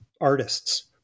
artists